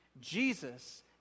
Jesus